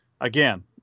again